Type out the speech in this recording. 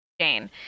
Jane